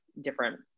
different